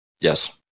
yes